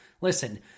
Listen